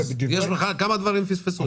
יכול להיות שפספסו כמה דברים.